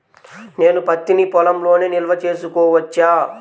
నేను పత్తి నీ పొలంలోనే నిల్వ చేసుకోవచ్చా?